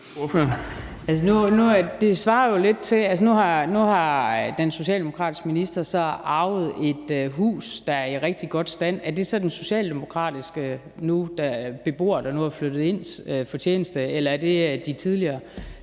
at den socialdemokratiske minister nu har arvet et hus, der er i rigtig god stand. Er det så den socialdemokratiske beboer, der nu er flyttet ind, som har fortjenesten, eller er det de tidligere